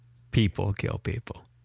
people kill people.